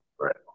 Right